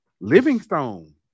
Livingstone